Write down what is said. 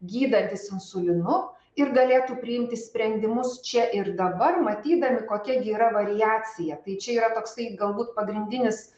gydantis insulinu ir galėtų priimti sprendimus čia ir dabar matydami kokia gi yra variacija tai čia yra toksai galbūt pagrindinis